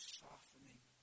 softening